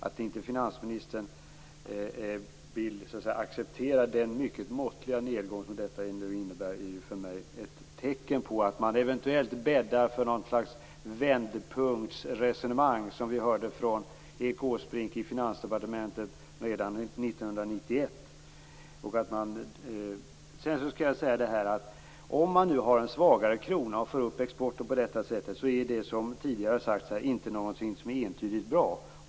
Att finansministern inte vill acceptera den mycket måttliga nedgång som detta innebär är för mig ett tecken på att man eventuellt bäddar för något slags vändpunktsresonemang, som vi hörde från Erik Åsbrink i Finansdepartementet redan 1991. Att ha en svagare krona och på det sättet öka exporten är inte, som tidigare sagts här, någonting som är entydigt bra.